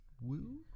Woo